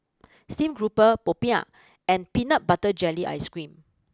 Steamed grouper Popiah and Peanut Butter Jelly Ice cream